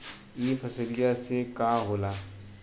ई फसलिया से का होला?